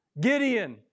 Gideon